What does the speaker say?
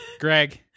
Greg